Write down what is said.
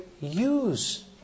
use